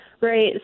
Right